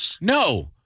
No